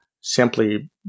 simply